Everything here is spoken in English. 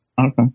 Okay